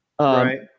right